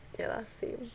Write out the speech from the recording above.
ya lah same